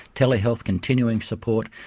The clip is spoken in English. telehealth, continuing support,